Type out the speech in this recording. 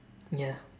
ya